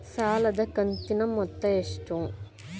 ಸಾಲದ ಕಂತಿನ ಮೊತ್ತ ಎಷ್ಟು?